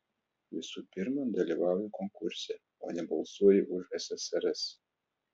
visų pirma dalyvauju konkurse o ne balsuoju už ssrs